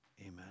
Amen